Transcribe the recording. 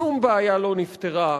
שום בעיה לא נפתרה.